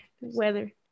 Weather